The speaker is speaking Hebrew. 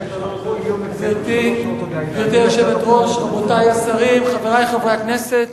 גברתי היושבת-ראש, רבותי השרים, חברי חברי הכנסת,